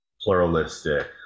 pluralistic